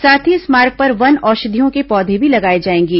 साथ ही इस मार्ग पर वन औषधियों के पौधे भी लगाए जाएंगे